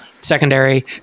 secondary